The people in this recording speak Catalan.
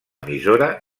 emissora